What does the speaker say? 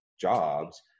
jobs